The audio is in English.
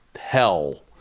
hell